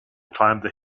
climbed